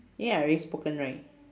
eh I already spoken right